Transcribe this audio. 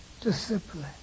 discipline